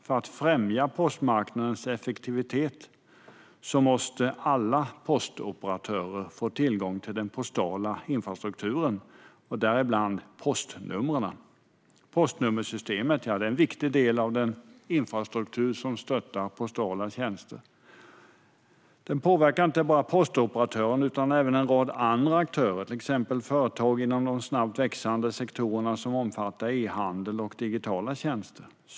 För att främja postmarknadens effektivitet anser Centerpartiet att alla postoperatörer måste få tillgång till den postala infrastrukturen, däribland postnumren. Postnummersystemet är en viktig del av den infrastruktur som stöttar postala tjänster. Det påverkar inte bara postoperatörer utan även en rad andra aktörer, till exempel företag inom de snabbt växande sektorer som omfattar e-handel och digitala tjänster.